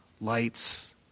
lights